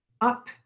up